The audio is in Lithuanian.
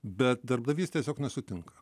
bet darbdavys tiesiog nesutinka